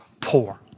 poor